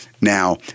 now